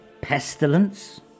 pestilence